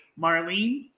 Marlene